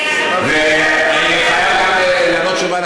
אני יודעת,